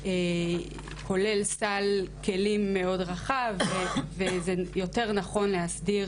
וכולל סל כלים מאוד רחב וזה יותר נכון להסדיר